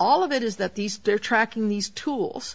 all of it is that these three are tracking these tools